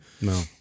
No